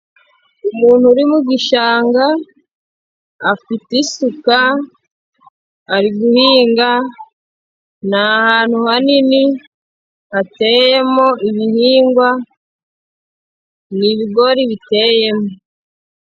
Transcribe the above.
Umuntu uri mu gishanga, afite isuka ari guhinga n'ahantu hanini hateyemo ibihingwa, n'ibigori biteyemo.